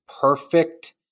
perfect